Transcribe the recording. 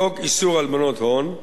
לחוק איסור הלבנת הון,